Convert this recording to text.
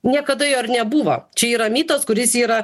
niekada jo ir nebuvo čia yra mitas kuris yra